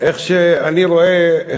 איך שאני רואה,